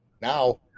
now